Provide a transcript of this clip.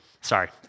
sorry